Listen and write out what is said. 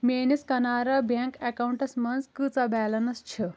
میٲنِس کَنارا بیٚنٛک اکاونٹَس منٛٛز کۭژاہ بیلنس چھ